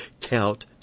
count